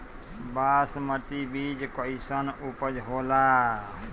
बासमती बीज कईसन उपज होला?